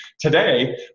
today